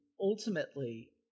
ultimately